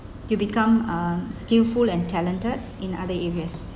you become uh skillful and talented in other areas